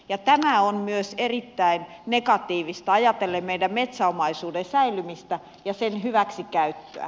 ja tämä on myös erittäin negatiivista ajatellen meidän metsäomaisuuden säilymistä ja sen hyväksikäyttöä